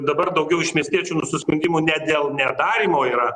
dabar daugiau iš miestiečių nusiskundimų ne dėl nedarymo yra